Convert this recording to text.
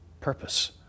purpose